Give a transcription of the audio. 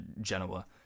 Genoa